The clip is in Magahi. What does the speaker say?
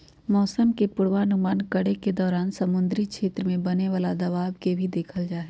मौसम के पूर्वानुमान करे के दौरान समुद्री क्षेत्र में बने वाला दबाव के भी देखल जाहई